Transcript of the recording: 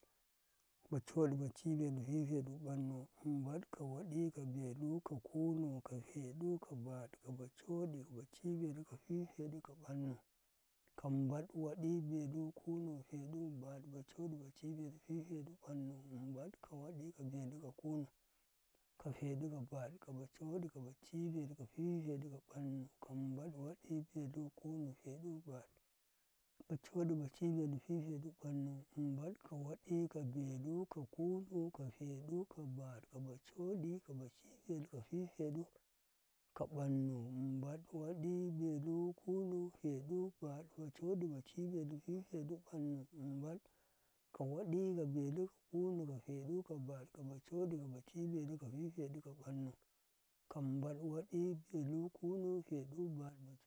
Ba codi, ba ci belu, pipe ɗu, ɓannu, mum bad, ka waɗi, ka belu, ka kunu, ka peɗu, ka bad, ka ba coɗi, ka ba ci belu, ka pipe ɗu, ka ɓannu, ka mum bad, waɗi, belu, kunu, peɗu, bad, ba codi, ba ci belu, pipe ɗu, ɓannu, mum bad, ka waɗi, ka belu, ka kunu, ka peɗu, ka bad, ka ba coɗi, ka ba ci belu, ka pipe ɗu, ka ɓannu, ka mum bad, waɗi, belu, kunu, peɗu, bad, ba codi, ba ci belu, pipe ɗu, ɓannu, mum bad, ka waɗi, ka belu, ka kunu, ka peɗu, ka bad, ka ba coɗi, ka ba ci belu, ka pipe ɗu, ka ɓannu, mum bad, waɗi, belu, kunu, peɗu, bad, ba codi, ba ci belu, pipe ɗu, ɓannu, mum bad, ka waɗi, ka belu, ka kunu, ka peɗu, ka bad, ka ba coɗi, ka ba ci belu, ka pipe ɗu, ka ɓannu, ka mum bad, waɗi, belu, kunu, peɗu, bad, ba c